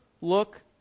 look